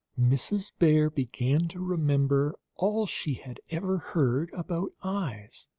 mrs. bear began to remember all she had ever heard about eyes,